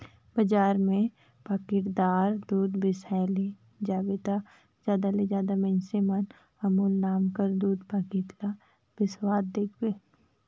बजार में पाकिटदार दूद बेसाए ले जाबे ता जादा ले जादा मइनसे मन ल अमूल नांव कर दूद पाकिट ल बेसावत देखबे